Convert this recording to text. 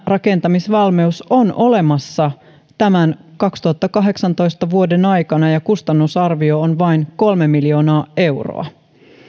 rakentamisvalmius on olemassa tämän vuoden kaksituhattakahdeksantoista aikana ja kustannusarvio on vain kolme miljoonaa euroa